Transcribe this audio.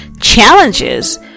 challenges